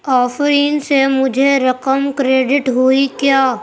آفرین سے مجھے رقم کریڈٹ ہوئی کیا